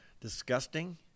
disgusting